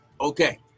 Okay